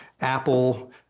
Apple